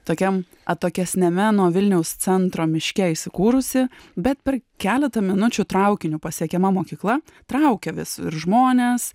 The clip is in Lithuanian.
tokiam atokesniame nuo vilniaus centro miške įsikūrusi bet per keletą minučių traukiniu pasiekiama mokykla traukia vis ir žmones